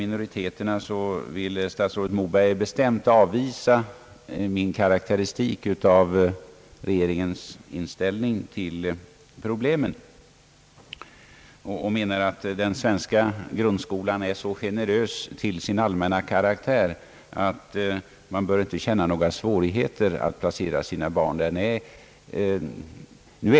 Statsrådet Moberg ville beträffande minoriteterna bestämt avvisa min karaktäristik av regeringens inställning till problemen. Han menar att den svenska grundskolan är så generös till sin allmänna karaktär att man inte bör ha några bekymmer med att placera sina barn där.